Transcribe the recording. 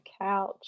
couch